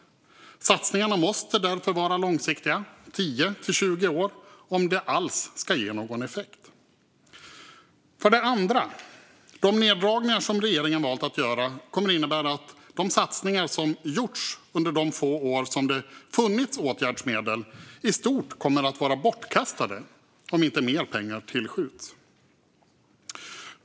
Satsningarna måste därför vara långsiktiga och göras under 10-20 år om de alls ska ge någon effekt. För det andra kommer de neddragningar som regeringen valt att göra att innebära att de satsningar som gjorts under de få år då det funnits åtgärdsmedel i stort sett kommer att vara bortkastade om inte mer pengar tillskjuts.